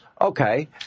Okay